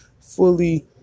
fully